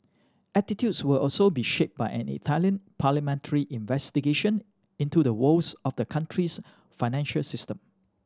attitudes will also be shaped by an Italian parliamentary investigation into the woes of the country's financial system